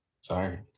Sorry